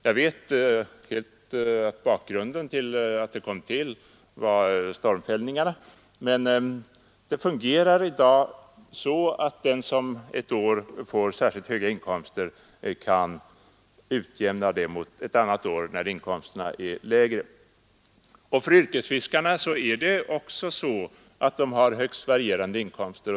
Jag vet att anledningen till att skogskontot kom till var stormfällningarna, men det fungerar i dag så att den som ett år får särskilt höga inkomster kan utjämna det mot ett annat år, när inkomsterna är lägre. Yrkesfiskarna har också högst varierande inkomster.